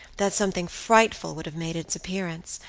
that something frightful would have made its appearance,